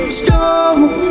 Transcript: stone